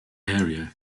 area